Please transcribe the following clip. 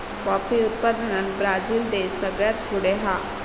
coffee उत्पादनात Brazil देश सगळ्यात पुढे हा